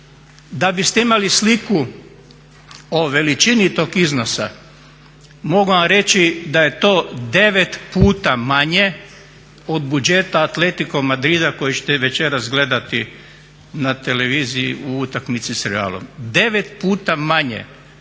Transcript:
Da biste imali sliku o veličini tog iznosa, mogu vam reći da je to devet puta manje od budžeta Atletiko Madrida koji ćete večeras gledati na TV u utakmici s Realom, devet puta manje